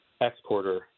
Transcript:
exporter